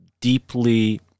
deeply